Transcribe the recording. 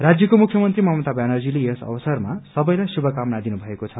राज्यको मुख्यमन्त्री ममता ब्यानर्जीले यस अवसरमा सबैलाई शुभकामना दिनुभएको छ